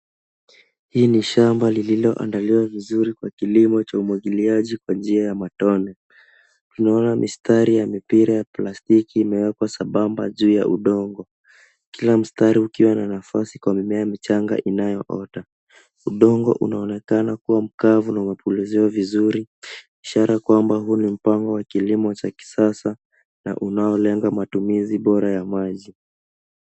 Hii ni shamba lililoandaliwa vizuri kwa kilimo cha umwagiliaji kwa njia ya matone. Unaona mistari ya mipira ya plastiki imewekwa sabamba juu ya udongo. Kila mstari ukiwa na nafasi kwa mimea michanga inayo ota. Udongo unaonekana kuwa mkavu na umepuluziwa vizuri, ishara kwamba huu ni mpango wa kilimo cha kisasa na unaolenga matumizi bora ya maji.